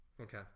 Okay